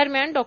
दरम्यान डॉ